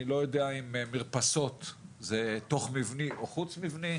אני לא יודע אם מרפסות זה תוך או חוץ מבני,